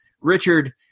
Richard